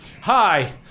hi